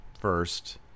first